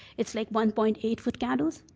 it's like one point eight foot candles.